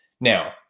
now